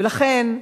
ולכן,